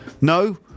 No